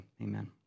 Amen